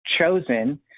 chosen